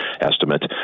estimate